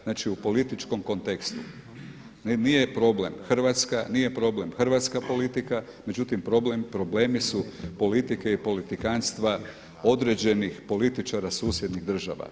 Znači u političkom kontekstu, ne nije problem Hrvatska, nije problem hrvatska politika međutim problemi su politike i politikanstva određenih političara susjednih država.